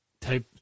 type